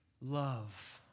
Love